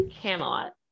Camelot